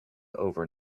over